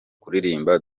kuririmba